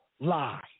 lie